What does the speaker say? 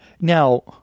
Now